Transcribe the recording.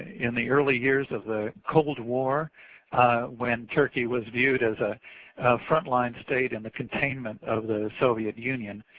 in the early years of the cold war when turkey was viewed as a front line state in the containment of the soviet union.